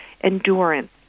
endurance